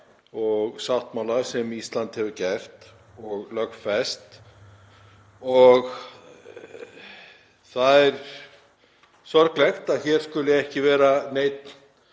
og sáttmála sem Ísland hefur gert og lögfest. Það er sorglegt að hér skuli ekki vera neinn